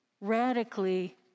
Radically